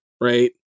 right